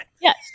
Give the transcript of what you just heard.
Yes